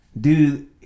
Dude